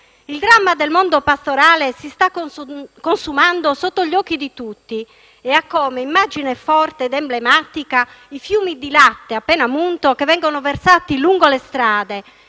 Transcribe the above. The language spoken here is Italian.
Il dramma del mondo pastorale si sta consumando sotto gli occhi di tutti e ha come immagine forte ed emblematica i fiumi di latte appena munto che vengono versati lungo le strade,